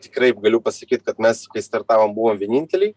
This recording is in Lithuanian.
tikrai galiu pasakyt kad mes kai startavom buvom vieninteliai